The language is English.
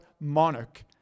monarch